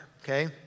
okay